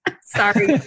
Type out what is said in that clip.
Sorry